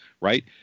right